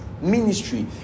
Ministry